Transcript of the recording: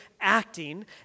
acting